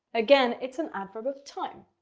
again it's an adverb of time.